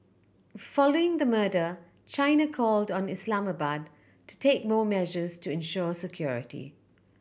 following the murder China called on Islamabad to take more measures to ensure security